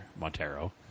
Montero